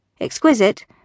exquisite